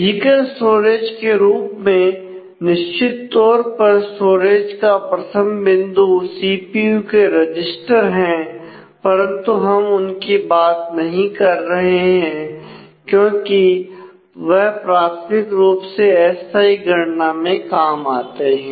physical storage के रूप में निश्चित तौर पर स्टोरेज का प्रथम बिंदु सीपीयू के रजिस्टर है परंतु हम उनकी बात नहीं कर रहे हैं क्योंकि वह प्राथमिक रूप से अस्थाई गणना में काम आते हैं